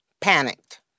panicked